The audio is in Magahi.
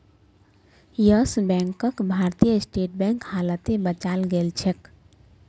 यस बैंकक भारतीय स्टेट बैंक हालते बचाल गेलछेक